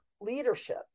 leadership